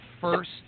first